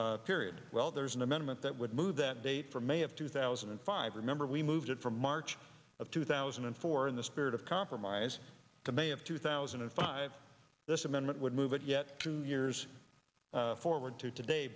year period well there's an amendment that would move that date from may have two thousand and five remember we moved it from march of two thousand and four in the spirit of compromise to may of two thousand and five this amendment would move it yet two years forward to today